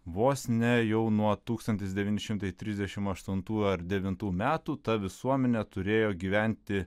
vos ne jau nuo tūkstantis devyni šimtai trisdešimt aštuntų ar devintų metų ta visuomenė turėjo gyventi